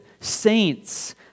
saints